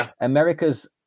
America's